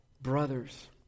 Brothers